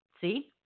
See